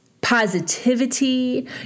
positivity